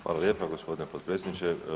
Hvala lijepa gospodine potpredsjedniče.